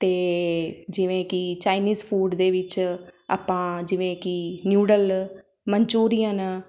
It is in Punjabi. ਅਤੇ ਜਿਵੇਂ ਕਿ ਚਾਈਨੀਜ਼ ਫੂਡ ਦੇ ਵਿੱਚ ਆਪਾਂ ਜਿਵੇਂ ਕਿ ਨਿਊਡਲ ਮਨਚੂਰੀਅਨ